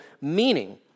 meaning